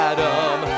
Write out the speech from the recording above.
Adam